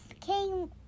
came